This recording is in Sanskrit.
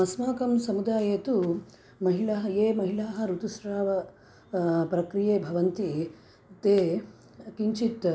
अस्माकं समुदाये तु महिलाः याः महिलाः ऋतुस्राव प्रक्रिये भवन्ति ताः किञ्चित्